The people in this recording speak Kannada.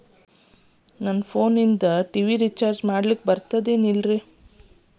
ಟಿ.ವಿ ರಿಚಾರ್ಜ್ ಫೋನ್ ಒಳಗ ಮಾಡ್ಲಿಕ್ ಬರ್ತಾದ ಏನ್ ಇಲ್ಲ?